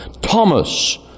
Thomas